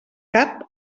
cap